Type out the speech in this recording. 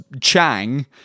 chang